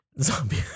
Zombie